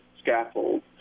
scaffold